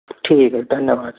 ठीक है धन्यवाद